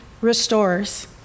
restores